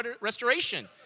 restoration